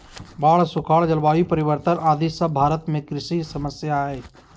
बाढ़, सुखाड़, जलवायु परिवर्तन आदि सब भारत में कृषि समस्या हय